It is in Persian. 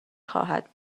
خواهد